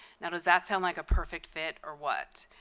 now does that sound like a perfect fit or what?